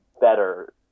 better